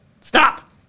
Stop